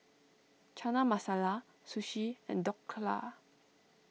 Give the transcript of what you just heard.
Chana Masala Sushi and Dhokla